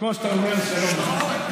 כמו שאתה אומר, שלום לך.